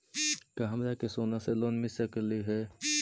का हमरा के सोना से लोन मिल सकली हे?